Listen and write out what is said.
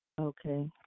okay